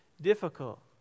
difficult